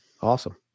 Awesome